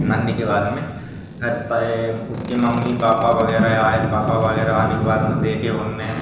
मरने के बाद में घर से उसके मम्मी पापा वग़ैरह आए पापा वग़ैरह आने के बाद में देखे उन्होंने